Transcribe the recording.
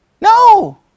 No